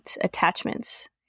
attachments